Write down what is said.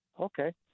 Okay